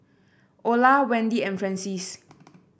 Ola Wendi and Francies